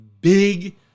big